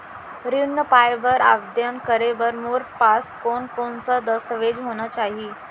ऋण पाय बर आवेदन करे बर मोर पास कोन कोन से दस्तावेज होना चाही?